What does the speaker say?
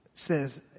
says